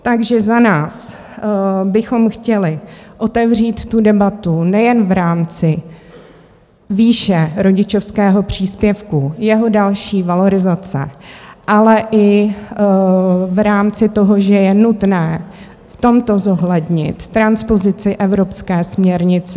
Takže za nás bychom chtěli otevřít tu debatu nejen v rámci výše rodičovského příspěvku, jeho další valorizace, ale i v rámci toho, že je nutné v tomto zohlednit transpozici evropské směrnice Worklife Balance.